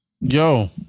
yo